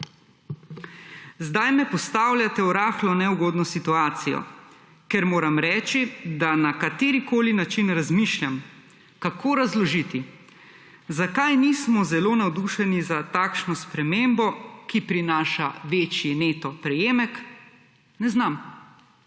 »Zdaj me postavljate v rahlo neugodno situacijo, ker moram reči, da na katerikoli način razmišljam, kako razložiti, zakaj nismo zelo navdušeni za takšno spremembo, ki prinaša večji neto prejemek – ne znam.